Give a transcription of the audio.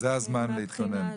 זה הזמן להתכונן,